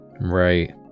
Right